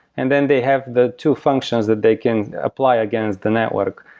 and then they have the two functions that they can apply against the network,